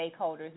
stakeholders